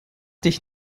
dich